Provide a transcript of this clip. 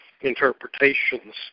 interpretations